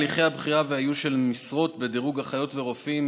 הליכי הבחירה והאיוש של משרות בדירוג אחיות ורופאים